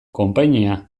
konpainia